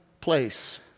place